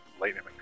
Lightning